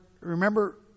remember